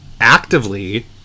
actively